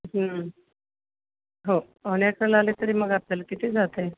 हं हो पावणेअकराला आले तरी मग आपल्याला किती जातं आहे